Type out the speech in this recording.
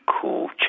cool